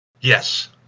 Yes